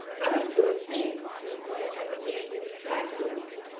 but i do think that one can see its attractiveness.